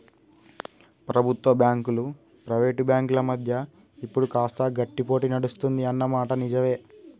ప్రభుత్వ బ్యాంకులు ప్రైవేట్ బ్యాంకుల మధ్య ఇప్పుడు కాస్త గట్టి పోటీ నడుస్తుంది అన్న మాట నిజవే